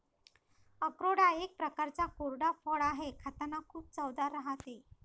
अक्रोड हा एक प्रकारचा कोरडा फळ आहे, खातांना खूप चवदार राहते